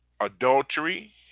adultery